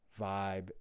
vibe